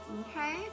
Okay